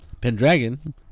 Pendragon